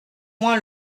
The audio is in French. moins